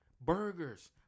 burgers